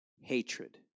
hatred